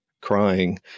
crying